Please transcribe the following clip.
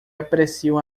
apreciam